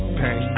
pain